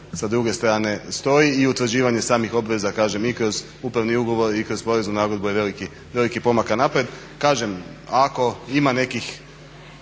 sa druge strane stoji i utvrđivanje samih obveza kažem i kroz upravni ugovor i kroz poreznu nagodbu je veliki pomak ka naprijed. Kažem, ako ima nekih